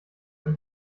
eine